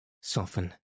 soften